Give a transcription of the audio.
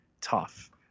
tough